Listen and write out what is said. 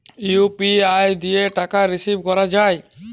UPI দিয়ে কি টাকা রিসিভ করাও য়ায়?